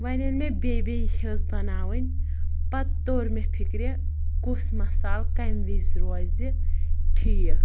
وۄنۍ ییٚلہِ مےٚ بیٚیہِ بیٚیہِ ہیٚژ بَناوٕنۍ پَتہٕ توٚر مےٚ فِکرِ کُس مَسالہٕ کَمہِ وِزِ روزِ ٹھیٖک